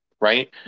right